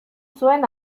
zuen